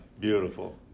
Beautiful